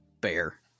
Bear